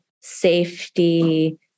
safety